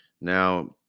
Now